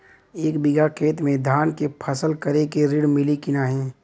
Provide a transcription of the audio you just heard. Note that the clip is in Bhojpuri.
एक बिघा खेत मे धान के फसल करे के ऋण मिली की नाही?